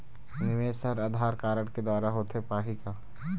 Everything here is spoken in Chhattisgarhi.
निवेश हर आधार कारड के द्वारा होथे पाही का?